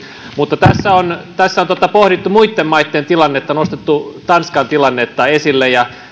mutta tässä on pohdittu muitten maitten tilannetta nostettu tanskan tilannetta esille